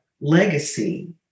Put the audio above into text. legacy